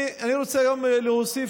אני רוצה היום להוסיף